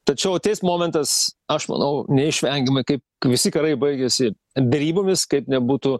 tačiau ateis momentas aš manau neišvengiamai kaip visi karai baigiasi derybomis kaip nebūtų